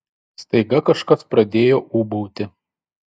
staiga kažkas pradėjo ūbauti